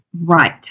Right